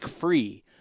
free